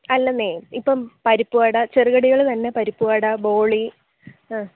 അല്ലന്നെ ഇപ്പം പരിപ്പ് വട ചെറുകടികൾ തന്നെ പരിപ്പ് വട ബോളി ആ